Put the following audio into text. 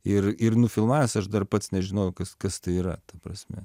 ir ir nufilmavęs aš dar pats nežinojau kas kas tai yra ta prasme